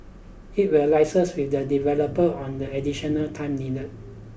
it will liaise with the developer on the additional time needed